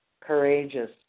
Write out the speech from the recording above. courageous